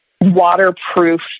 waterproof